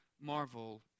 marvel